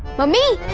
me.